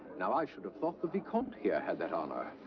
now, i should have thought the vicomte here had that honor.